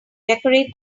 decorate